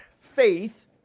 faith